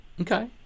Okay